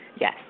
Yes